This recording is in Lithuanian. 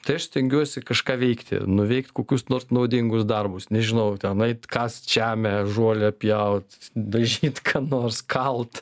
tai aš stengiuosi kažką veikti nuveikt kokius nors naudingus darbus nežinau ten eit kast žemę žolę pjaut dažyt ką nors kalt